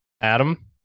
Adam